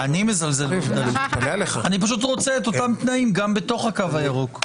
אני פשוט רוצה אותם תנאים גם בתוך הקו הירוק.